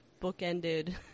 bookended